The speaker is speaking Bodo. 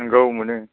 नंगौ मोनो